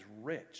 rich